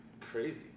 crazy